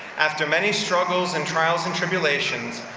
after many struggles and trials and tribulations,